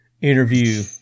interview